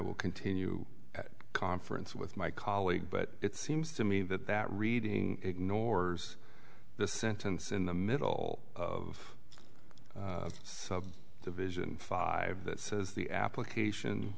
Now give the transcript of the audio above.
will continue conference with my colleague but it seems to me that that reading ignores the sentence in the middle of sub division five that says the application